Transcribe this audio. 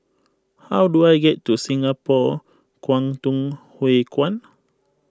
how do I get to Singapore Kwangtung Hui Kuan